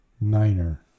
niner